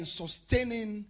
sustaining